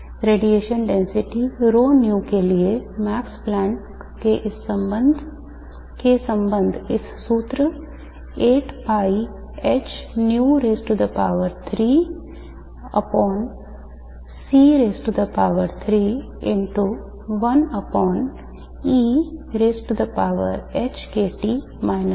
radiation density ρν के लिए Max Planck के संबंध इस सूत्र द्वारा दिए गए हैं